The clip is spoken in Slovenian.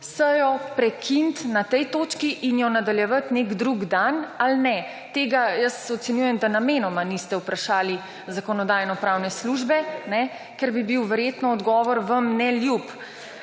sejo prekiniti na tej točki in jo nadaljevati nek drugi dan ali ne. Tega jaz ocenjujem, da namenoma niste vprašali Zakonodajno-pravne službe, ker bi bil verjetno odgovor vam neljub.